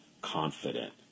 confident